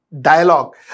dialogue